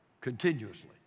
continuously